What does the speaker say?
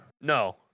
No